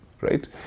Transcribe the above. right